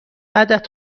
عدد